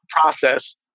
process